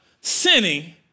sinning